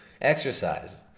Exercise